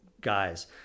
guys